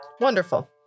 Wonderful